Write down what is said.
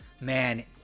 man